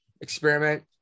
experiment